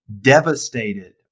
devastated